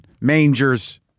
mangers